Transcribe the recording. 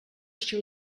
així